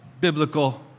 biblical